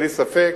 בלי ספק.